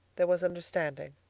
there was understanding.